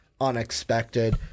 unexpected